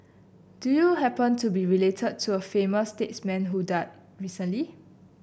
do you happen to be related to a famous statesman who died recently